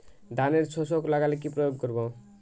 ধানের শোষক লাগলে কি প্রয়োগ করব?